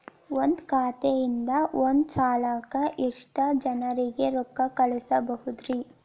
ಒಂದ್ ಖಾತೆಯಿಂದ, ಒಂದ್ ಸಲಕ್ಕ ಎಷ್ಟ ಜನರಿಗೆ ರೊಕ್ಕ ಕಳಸಬಹುದ್ರಿ?